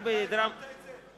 אתה הבנת את זה?